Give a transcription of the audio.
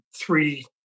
three